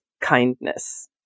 kindness